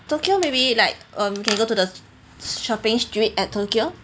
tokyo maybe like um can go to the shopping street at tokyo